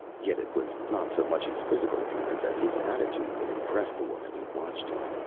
yet it was not so much his physical appearance as his attitude that impressed the woman who watched him.